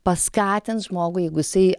paskatins žmogų jeigu jisai